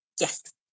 Yes